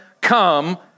come